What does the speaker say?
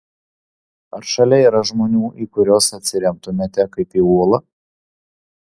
ar šalia yra žmonių į kuriuos atsiremtumėte kaip į uolą